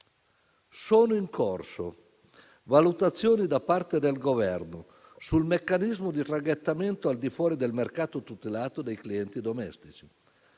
Sono in corso valutazioni da parte del Governo sul meccanismo di traghettamento al di fuori del mercato tutelato dei clienti domestici